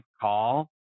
call